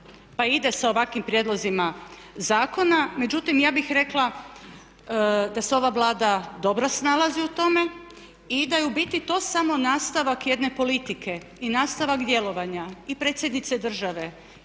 pa ide sa ovakvim prijedlozima zakona. Međutim, ja bih rekla da se ova Vlada dobro snalazi u tome i da je u biti to samo nastavak jedne politike i nastavak djelovanja i predsjednice države